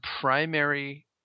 primary